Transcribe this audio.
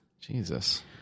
Jesus